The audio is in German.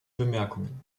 bemerkungen